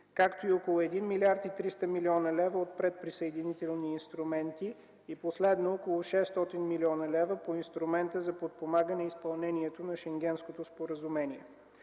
както и около 1 млрд. 300 млн. лв. от предприсъединителни инструменти. И последно, около 600 млн. лв. по инструмента за подпомагане изпълнението на Шенгенското споразумение.